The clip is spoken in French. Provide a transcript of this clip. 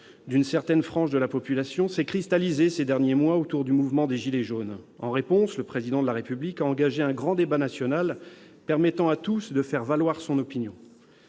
d'une certaine frange de la population s'est cristallisé, ces derniers mois, autour du mouvement des gilets jaunes. En réponse, le Président de la République a engagé un grand débat national permettant à tout un chacun de faire valoir son opinion.